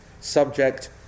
subject